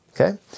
Okay